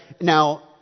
Now